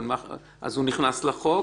אז הוא נכנס לחוק.